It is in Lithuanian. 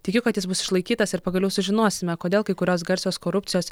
tikiu kad jis bus išlaikytas ir pagaliau sužinosime kodėl kai kurios garsios korupcijos